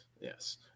yes